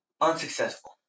unsuccessful